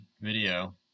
video